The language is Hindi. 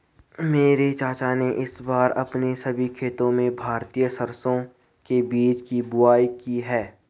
मेरे चाचा ने इस बार अपने सभी खेतों में भारतीय सरसों के बीज की बुवाई की है